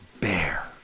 bear